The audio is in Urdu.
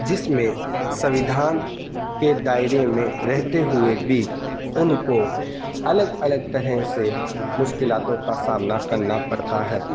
جس میں سمویدھان کے دائرے میں رہتے ہوئے بھی ان کو الگ الگ طرح سے مشکلات کا سامنا کرنا پڑتا ہے